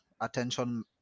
attention